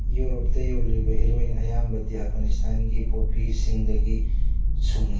ꯌꯨꯔꯣꯞꯇ ꯌꯣꯜꯂꯤꯕ ꯍꯦꯔꯣꯏꯟ ꯑꯌꯥꯝꯕꯗꯤ ꯑꯐꯒꯥꯅꯤꯁꯊꯥꯟꯒꯤ ꯄꯣꯄꯤꯁꯤꯡꯗꯒꯤ ꯁꯨꯡꯏ